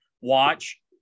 watch